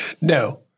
no